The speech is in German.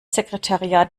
sekretariat